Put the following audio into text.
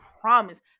promise